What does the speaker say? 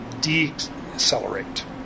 decelerate